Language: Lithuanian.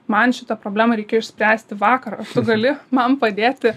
man šitą problemą reikėjo išspręsti vakar ar tu gali man padėti